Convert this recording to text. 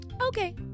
Okay